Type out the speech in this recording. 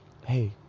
Hey